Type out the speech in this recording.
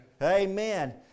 Amen